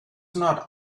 not